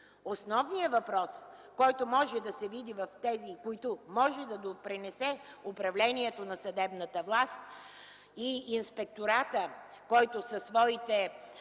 Основният въпрос, който може да се види от тези, които могат да допринесат за управлението на съдебната власт, и от инспектората, който със своите